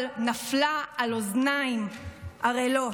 אבל נפלה על אוזניים ערלות.